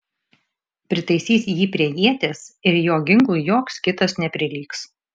pritaisys jį prie ieties ir jo ginklui joks kitas neprilygs